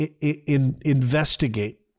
investigate